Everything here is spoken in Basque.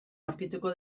aurkituko